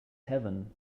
heaven